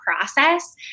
process